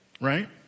right